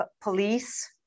police